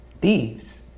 Thieves